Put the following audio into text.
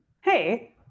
Hey